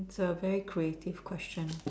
it's a very creative question